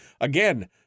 again